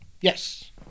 Yes